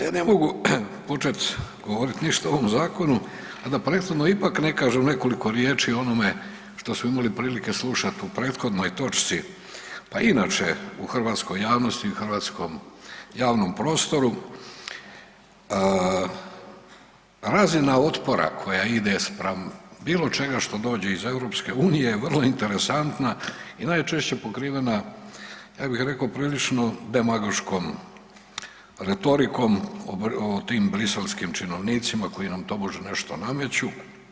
Ja ne mogu počet ništa govorit o ovome zakonu, a da prethodno ipak ne kažem nekoliko riječi o onome što smo imali prilike slušati u prethodnoj točci, pa i inače u hrvatskoj javnosti i u hrvatskom javnom prostoru razina otpora koja ide spram bilo čega što dođe iz EU vrlo je interesantna i najčešće pokrivena, ja bih rekao prilično demagoškom retorikom o tim briselskim činovnicima koji nam tobože nešto nameću.